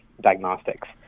diagnostics